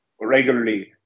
regularly